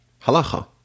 halacha